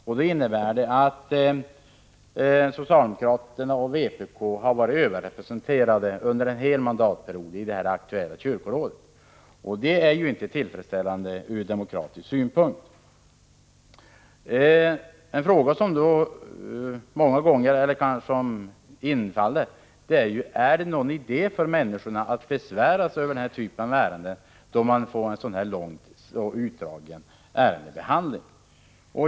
Det skulle innebära att socialdemokraterna och vpk kommer att ha varit överrepresenterade under en hel mandatperiod i det aktuella kyrkorådet. Det är inte tillfredsställande ur demokratisk synpunkt. En fråga som inställer sig är: Är det någon idé för människor att besvära sig i denna typ av ärenden, om dessas behandling blir så utdragen?